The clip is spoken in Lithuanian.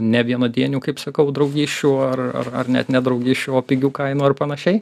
nevienadienių kaip sakau draugysčių ar ar ar net ne draugysčių o pigių kainų ar panašiai